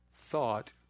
thought